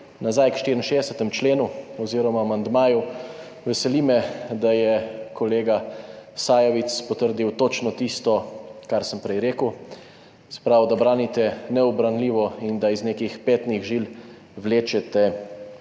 Nazaj k 64. členu oziroma amandmaju. Veseli me, da je kolega Sajovic potrdil točno tisto, kar sem prej rekel, se pravi, da branite neubranljivo in da iz nekih petnih žil vlečete